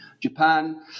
Japan